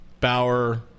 Bauer